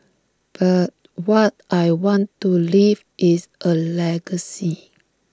but what I want to leave is A legacy